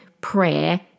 prayer